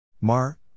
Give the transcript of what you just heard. Mar